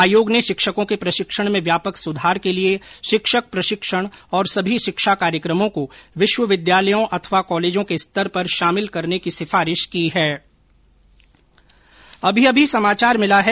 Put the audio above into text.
आयोग ने शिक्षकों के प्रशिक्षण में व्यापक सुधार के लिए शिक्षक प्रशिक्षण और सभी शिक्षा कार्यक्रमों को विश्वविद्यालयों अथवा कॉलेजों के स्तर पर शामिल करने की सिफारिश की है